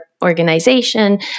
organization